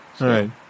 right